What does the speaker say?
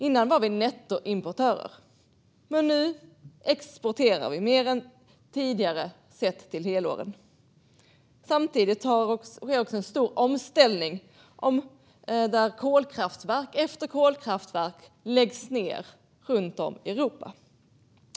Förut var vi nettoimportörer, men nu exporterar vi mer än tidigare, sett över hela år. Samtidigt har vi en stor omställning, där kolkraftverk efter kolkraftverk läggs ned runt om i Europa.